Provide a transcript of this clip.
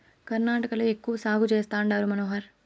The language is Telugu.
కర్ణాటకలో ఎక్కువ సాగు చేస్తండారు మనోహర